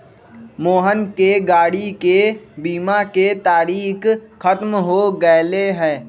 मोहन के गाड़ी के बीमा के तारिक ख़त्म हो गैले है